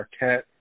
Arquette